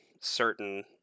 certain